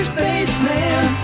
Spaceman